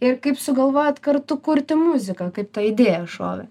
ir kaip sugalvojot kartu kurti muziką kaip ta idėja šovė